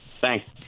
Thanks